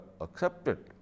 accepted